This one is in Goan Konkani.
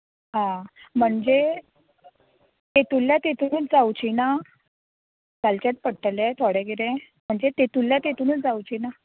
आं म्हणजे तितूंतल्या तितूंतूच जावचीं ना घालचेंच पडटलें थोडें कितें म्हणजे तितूंतल्या तितूंतूच जावचीं ना